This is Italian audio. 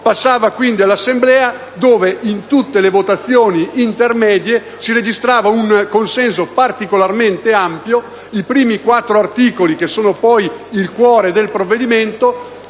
passava quindi all'Assemblea, dove in tutte le votazioni intermedie si registrava un consenso particolarmente ampio. I primi quattro articoli, che sono poi il cuore del provvedimento,